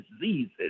diseases